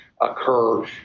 occur